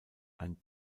ein